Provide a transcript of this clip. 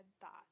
thought